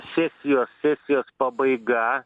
sesijos sesijos pabaiga